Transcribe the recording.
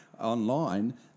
online